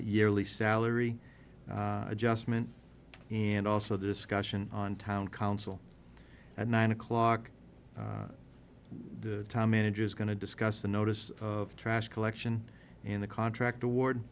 yearly salary adjustment and also discussion on town council at nine o'clock time managers going to discuss the notice of trash collection in the contract award